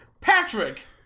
Patrick